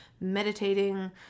meditating